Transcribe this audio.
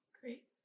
Great